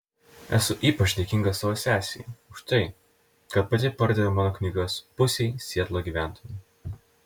esu ypač dėkinga savo sesei už tai kad pati pardavė mano knygas pusei sietlo gyventojų